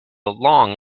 long